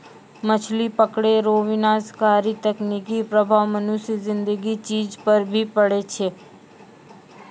मछली पकड़ै रो विनाशकारी तकनीकी प्रभाव मनुष्य ज़िन्दगी चीज पर भी पड़ै छै